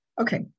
Okay